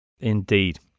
Indeed